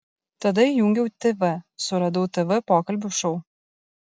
tada įjungiau tv suradau tv pokalbių šou